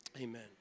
amen